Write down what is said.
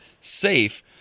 safe